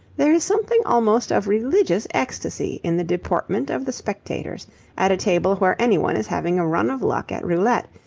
there is something almost of religious ecstasy in the deportment of the spectators at a table where anyone is having a run of luck at roulette,